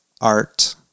art